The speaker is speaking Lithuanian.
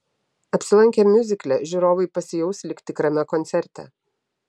apsilankę miuzikle žiūrovai pasijaus lyg tikrame koncerte